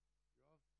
הכנסת.